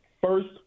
first